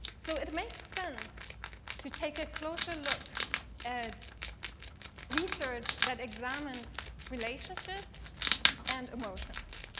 so it makes sense to take a closer look at research that examines relationships and emotions.